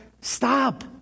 Stop